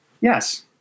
Yes